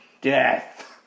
death